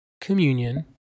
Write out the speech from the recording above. communion